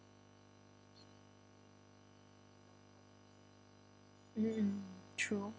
mm mm true